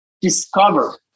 discover